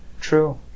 True